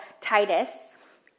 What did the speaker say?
Titus